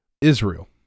Israel